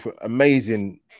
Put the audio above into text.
amazing